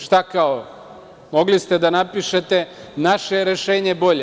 Šta kao, mogli ste da napišete – naše je rešenje bolje.